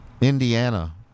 Indiana